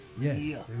Yes